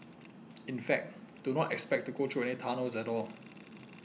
in fact do not expect to go through any tunnels at all